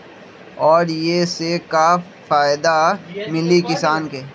और ये से का फायदा मिली किसान के?